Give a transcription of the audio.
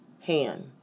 hand